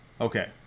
Okay